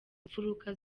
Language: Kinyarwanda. mfuruka